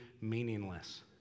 meaningless